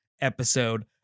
episode